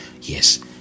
Yes